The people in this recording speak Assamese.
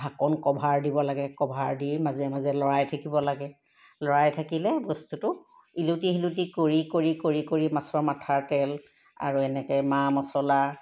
ঢাকন কভাৰ দিব লাগে কভাৰ দি মাজে মাজে লৰাই থাকিব লাগে লৰাই থাকিলে বস্তুটো ইলুটি সিলুটি কৰি কৰি কৰি কৰি মাছৰ মাথাৰ তেল আৰু এনেকৈ মা মছলা